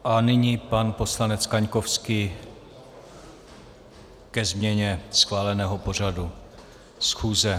A nyní pan poslanec Kaňkovský ke změně schváleného pořadu schůze.